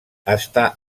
està